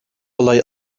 olay